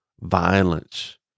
violence